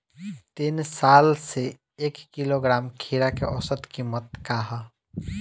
तीन साल से एक किलोग्राम खीरा के औसत किमत का ह?